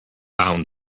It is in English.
bound